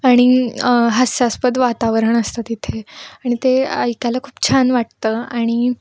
आणि हास्यास्पद वातावरण असतं तिथे आणि ते ऐकायला खूप छान वाटतं आणि